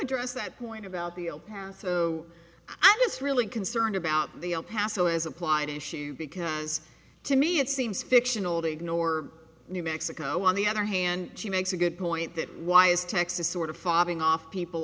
address that point about the el paso i was really concerned about the el paso as applied issue because to me it seems fictional to ignore new mexico on the other hand she makes a good point that why is texas sort of fobbing off people